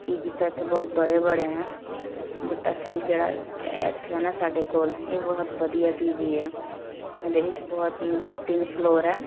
ਪੀ G ਤਾਂ ਇੱਥੇ ਬਹੁਤ ਬੜੇ ਬੜੇ ਐਂ ਬਟ ਅਸੀਂ ਜਿਹੜਾ ਇੱਥੇ ਹੈ ਨਾ ਸਾਡੇ ਕੋਲ ਇਹ ਬਹੁਤ ਵਧੀਆ ਪੀ ਜੀ ਹੈ ਇਹਦੇ ਵਿੱਚ ਬਹੁਤ ਮਤਲਬ ਤਿੰਨ ਫਲੋਰ ਹੈ